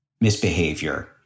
misbehavior